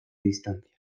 distancia